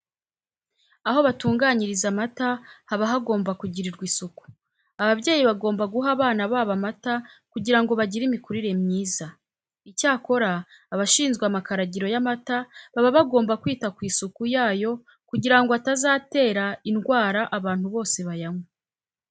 Aho batunganyiriza amata haba hagomba kugirirwa isuku. Ababyeyi bagomba guha abana babo amata kugira ngo bagire imikurire myiza. Icyakora abashinzwe amakaragiro y'amata baba bagomba kwita ku isuku yayo kugira ngo atazatera indwara abantu bose bayanywa.